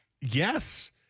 yes